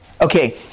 Okay